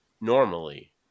normally